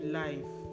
life